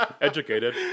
Educated